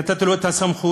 נתתי לו את הסמכות,